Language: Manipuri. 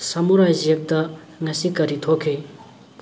ꯁꯃꯨꯔꯥꯏ ꯖꯦꯛꯇ ꯉꯁꯤ ꯀꯔꯤ ꯊꯣꯛꯈꯤ